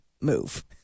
move